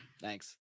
Thanks